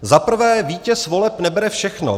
Za prvé vítěz voleb nebere všechno.